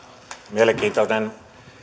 mielenkiintoinen